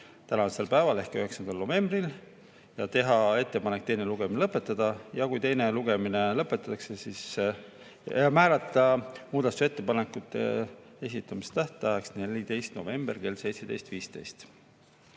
tänasel päeval ehk 9. novembril ja teha ettepanek teine lugemine lõpetada, kui teine lugemine lõpetatakse, siis määrata muudatusettepanekute esitamise tähtajaks 14. november kell 17.15.